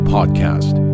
Podcast